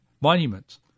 monuments